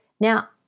Now